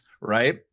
Right